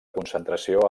concentració